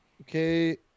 Okay